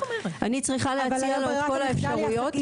אני צריכה להציע לו את כל האפשרויות.